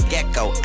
Gecko